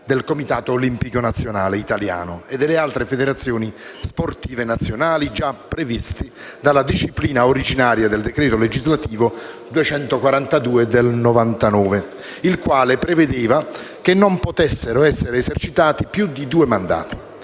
del Comitato olimpico nazionale italiano e delle altre federazioni sportive nazionali, già previsti dalla disciplina originaria del decreto legislativo n. 242 del 1999, il quale prevedeva che non potessero essere esercitati più di due mandati.